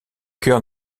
cœur